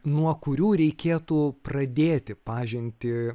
nuo kurių reikėtų pradėti pažintį